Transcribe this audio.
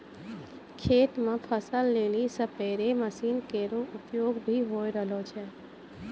खेत म फसल लेलि स्पेरे मसीन केरो उपयोग भी होय रहलो छै